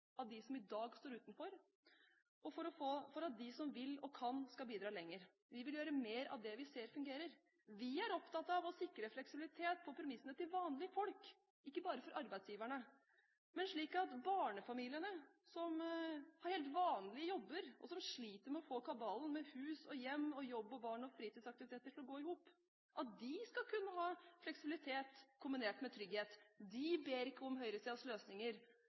som i dag står utenfor, og for at de som vil og kan, skal bidra lenger. Vi vil gjøre mer av det vi ser fungerer. Vi er opptatt av å sikre fleksibilitet på premissene til vanlige folk, ikke bare for arbeidsgiverne, men slik at barnefamiliene, som har helt vanlige jobber, og som sliter med å få kabalen med hus og hjem og jobb og barn og fritidsaktiviteter til å gå i hop, skal kunne ha fleksibilitet kombinert med trygghet. De ber ikke om høyresidens løsninger,